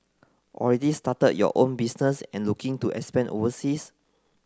already started your own business and looking to expand overseas